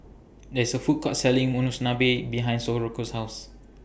There IS A Food Court Selling Monsunabe behind Socorro's House